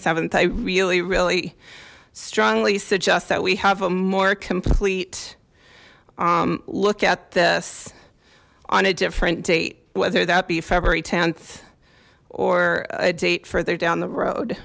the th i really really strongly suggest that we have a more complete look at this on a different date whether that be february th or a date further down the road